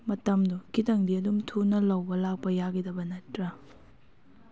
ꯃꯇꯝꯗꯣ ꯈꯤꯇꯪꯗꯤ ꯑꯗꯨꯝ ꯊꯨꯅ ꯂꯧꯕ ꯂꯥꯛꯄ ꯌꯥꯒꯗꯕ ꯅꯠꯇ꯭ꯔꯥ